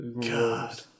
God